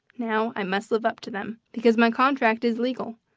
now i must live up to them, because my contract is legal,